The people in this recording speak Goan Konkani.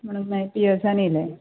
म्हणून मागीर पी ई एसान येलें